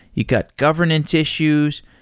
you've got governance issues.